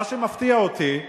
מה שמפתיע אותי,